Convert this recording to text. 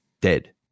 dead